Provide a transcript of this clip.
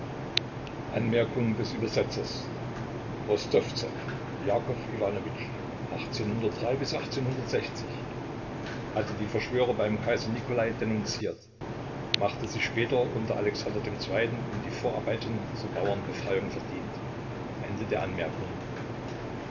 rostowzew jakow hatte die verschwörer beim kaiser nikolai denunziert machte sich später unter alexander ii um die vorarbeiten zur bauernbefreiung verdient